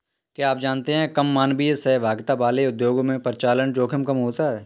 क्या आप जानते है कम मानवीय सहभागिता वाले उद्योगों में परिचालन जोखिम कम होता है?